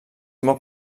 molt